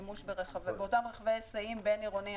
שימוש באותם רכבי היסעים בין-עירוניים.